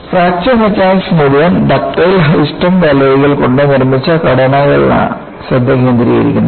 fracture mechanics മുഴുവൻ ductile high strength അലോയ്കൾ കൊണ്ട് നിർമ്മിച്ച ഘടനകളിലാണ് ശ്രദ്ധ കേന്ദ്രീകരിക്കുന്നത്